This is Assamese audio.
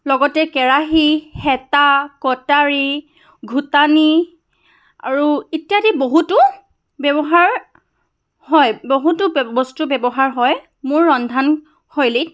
লগতে কেৰাহি হেতা কটাৰী ঘুটানি আৰু ইত্যাদি বহুতো ব্যৱহাৰ হয় বহুতো ব বস্তু ব্যৱহাৰ হয় মোৰ ৰন্ধনশৈলীত